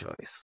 choice